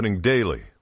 daily